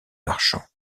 marchand